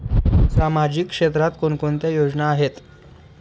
सामाजिक क्षेत्रात कोणकोणत्या योजना आहेत?